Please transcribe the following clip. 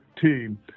team